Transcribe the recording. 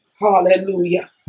Hallelujah